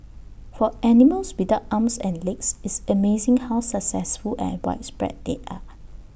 for animals without arms and legs it's amazing how successful and widespread they are